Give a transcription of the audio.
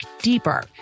deeper